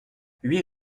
huit